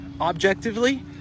Objectively